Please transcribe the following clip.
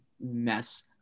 mess